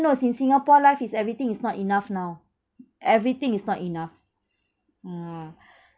knows in singapore life is everything is not enough now everything is not enough ah